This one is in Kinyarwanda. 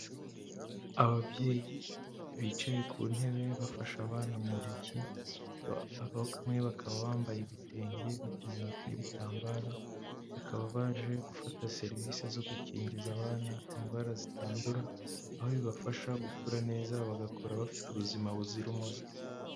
Ababyeyi bicaye ku ntebe bafasha abana mu ntoki, bamwe bakaba bambaye ibitenge, biteze n'ibitambaro, bakaba baje gufata serivisi zo gukingiza abana indwara zitandura, aho bibafasha gukura neza, bagakura bafite ubuzima buzira umuze.